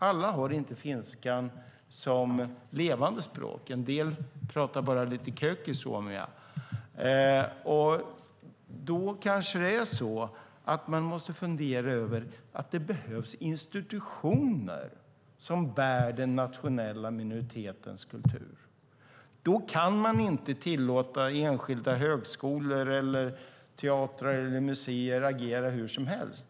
Alla har inte finskan som levande språk; en del talar bara lite kyökkisuoema. Då kanske man måste fundera över att det behövs institutioner som bär den nationella minoritetens kultur. Då kan man inte tillåta enskilda högskolor, teatrar eller museer agera hur som helst.